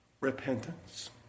Repentance